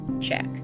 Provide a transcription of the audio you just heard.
check